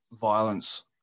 violence